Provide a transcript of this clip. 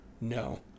no